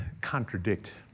contradict